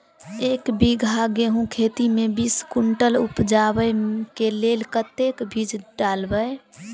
एक बीघा गेंहूँ खेती मे बीस कुनटल उपजाबै केँ लेल कतेक बीज डालबै?